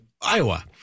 Iowa